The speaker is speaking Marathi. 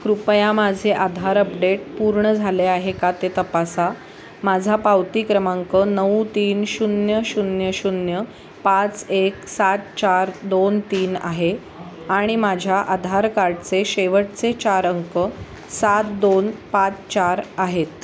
कृपया माझे आधार अपडेट पूर्ण झाले आहे का ते तपासा माझा पावती क्रमांक नऊ तीन शून्य शून्य शून्य पाच एक सात चार दोन तीन आहे आणि माझ्या आधार कार्डचे शेवटचे चार अंक सात दोन पाच चार आहेत